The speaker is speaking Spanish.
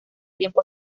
tiempo